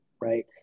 right